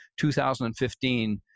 2015